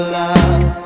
love